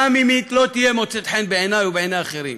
גם אם היא לא תמצא חן בעיני או בעיני אחרים,